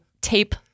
tape